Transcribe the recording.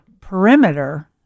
perimeter